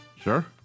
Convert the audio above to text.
Sure